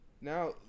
Now